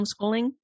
homeschooling